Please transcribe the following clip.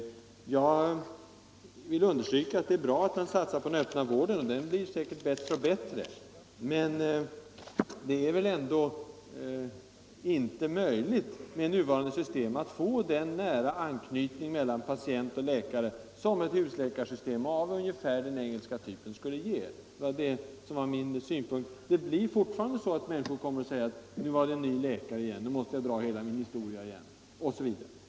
Jag vill understryka att det är bra att man satsar på den öppna vården. Den blir säkert bättre och bättre. Men det är inte troligt att vi med nuvarande system får den nära anknytning mellan patient och läkare som ett husläkarsystem av ungefär den engelska typen skulle ge. Det blir fortfarande så att människor kommer att säga: Nu var det en ny läkare igen, nu måste jag dra hela min historia igen osv.